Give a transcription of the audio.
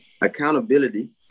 Accountability